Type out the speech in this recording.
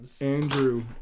Andrew